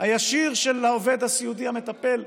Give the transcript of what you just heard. הישיר של עובד הסיעוד המטפל,